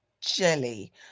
jelly